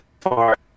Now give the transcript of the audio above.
far